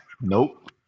Nope